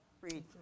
Read